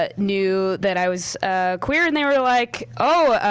ah knew that i was ah queer, and they were like, oh!